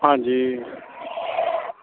ਹਾਂਜੀ